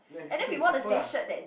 like people think we couple ah